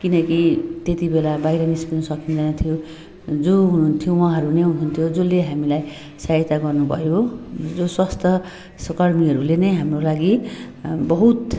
किनकि त्यति बेला बाहिर निस्कनु सकिँदैन थियो जो हुनुहुन्थ्यो उहाँहरू नै हुनुहुन्थ्यो जसले हामीलाई सहायता गर्नुभयो जो स्वास्थ्य सहकर्मीहरूले नै हाम्रो लागि बहुत